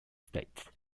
state